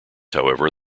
however